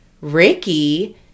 ricky